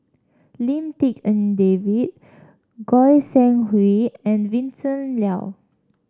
Lim Tik En David Goi Seng Hui and Vincent Leow